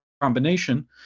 combination